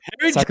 Harry